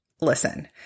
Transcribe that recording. listen